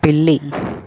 పిల్లి